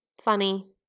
funny